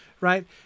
right